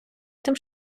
тим